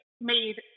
made